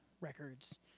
Records